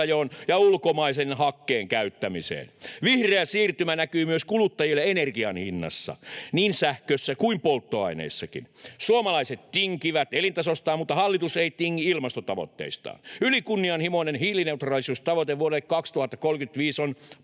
ja ulkomaisen hakkeen käyttämiseen. Vihreä siirtymä näkyy myös kuluttajille energian hinnassa, niin sähkössä kuin polttoaineissakin. Suomalaiset tinkivät elintasostaan, mutta hallitus ei tingi ilmastotavoitteistaan. Ylikunnianhimoinen hiilineutraalisuustavoite vuodelle 2035 on